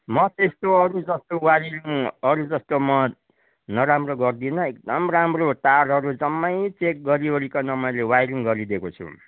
म त्यस्तो अरू जस्तो वाइरिङ अरू जस्तो म नराम्रो गर्दिनँ एकदम राम्रो तारहरू जम्मै चेक गरी ओरीकन मैले वाइरिङ गरिदिएको छु